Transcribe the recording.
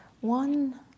one